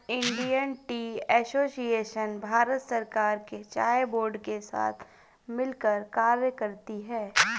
Indian tea association Bharat सरकार के चाय बोर्ड के साथ मिलकर कार्य करती है